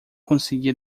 conseguia